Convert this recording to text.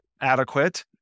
adequate